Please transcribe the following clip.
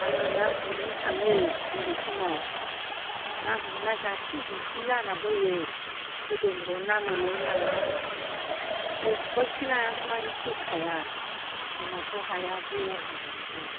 आङो ना गुरनो थाङो उन्दै समाव ना गुरना जाथि जुथि जाना फैयो गोदोनि दिनाव ना मोनोमोन नालाय खबाइसे लायागौमानि फैखाया जोंहाथ' हाया दलहागोजाथार